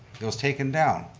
it was taken down.